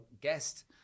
guest